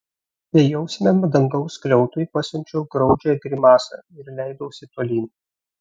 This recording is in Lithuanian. bejausmiam dangaus skliautui pasiunčiau graudžią grimasą ir leidausi tolyn